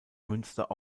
münster